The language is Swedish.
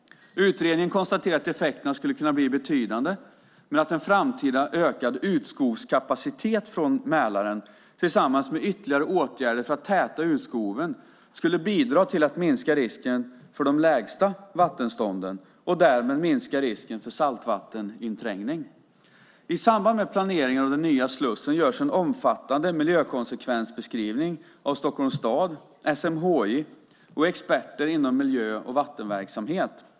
Utredningen konstaterade att effekterna skulle kunna bli betydande men att en framtida utökad utskovskapacitet från Mälaren tillsammans med ytterligare åtgärder för att täta utskoven skulle bidra till att minska risken för de lägsta vattenstånden och därmed minska risken för saltvatteninträngning. I samband med planeringen av den nya Slussen görs en omfattande miljökonsekvensbeskrivning av Stockholms stad, SMHI och experter inom miljö och vattenverksamhet.